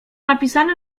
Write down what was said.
napisane